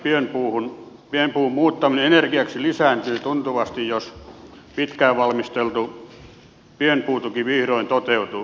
pienpuun muuttaminen energiaksi lisääntyy tuntuvasti jos pitkään valmisteltu pienpuutuki vihdoin toteutuu